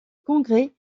congrès